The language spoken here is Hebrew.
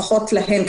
לפחות להן,